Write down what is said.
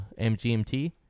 MGMT